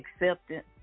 acceptance